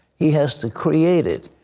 he has to create it.